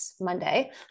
Monday